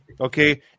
okay